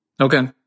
Okay